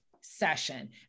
session